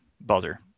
buzzer